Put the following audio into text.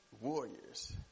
warriors